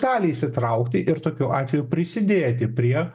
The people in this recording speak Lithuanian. gali įsitraukti ir tokiu atveju prisidėti prie